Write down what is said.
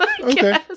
Okay